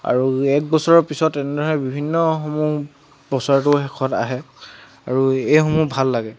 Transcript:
আৰু এক বছৰৰ পিছত এনেধৰণৰ বিভিন্নসমূহ বছৰটোৰ শেষত আহে আৰু এইসমূহ ভাল লাগে